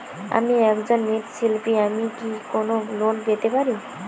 আমি একজন মৃৎ শিল্পী আমি কি কোন লোন পেতে পারি?